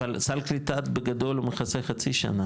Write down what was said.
אבל סל קליטה בגדול, מכסה חצי שנה.